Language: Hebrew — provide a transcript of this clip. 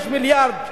יהיה 5 מיליארד שקל,